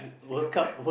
Singapore